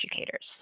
educators